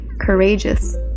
courageous